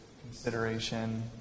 consideration